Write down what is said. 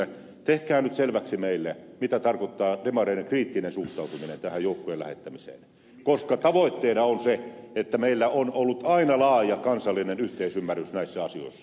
tehkää nyt selväksi meille mitä tarkoittaa demareiden kriittinen suhtautuminen tähän joukkojen lähettämiseen koska tavoitteena on kuten meillä on aina ollut laaja kansallinen yhteisymmärrys näissä asioissa